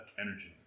energy